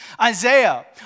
Isaiah